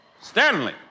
Stanley